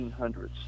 1800s